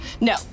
No